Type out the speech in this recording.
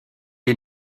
est